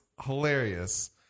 hilarious